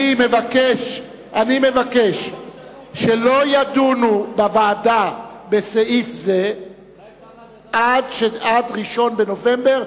אני מבקש שלא ידונו בוועדה בסעיף זה עד 1 בנובמבר,